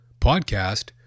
podcast